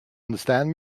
understand